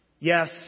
Yes